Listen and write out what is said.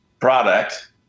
product